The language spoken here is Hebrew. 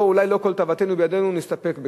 לא, אולי לא כל תאוותנו בידינו, נסתפק בכך.